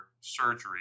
surgery